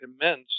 immense